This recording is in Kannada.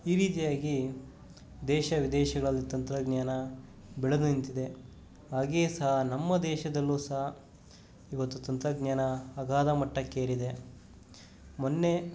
ಈ ರೀತಿಯಾಗಿ ದೇಶ ವಿದೇಶಗಳಲ್ಲಿ ತಂತ್ರಜ್ಞಾನ ಬೆಳೆದು ನಿಂತಿದೆ ಹಾಗೆಯೇ ಸಹ ನಮ್ಮ ದೇಶದಲ್ಲೂ ಸಹ ಇವತ್ತು ತಂತ್ರಜ್ಞಾನ ಅಗಾಧ ಮಟ್ಟಕ್ಕೇರಿದೆ ಮೊನ್ನೆ